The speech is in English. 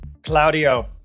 Claudio